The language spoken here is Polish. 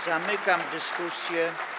Zamykam dyskusję.